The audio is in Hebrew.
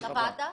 לוועדה?